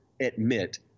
admit